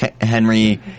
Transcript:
Henry